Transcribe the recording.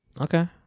Okay